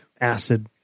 acid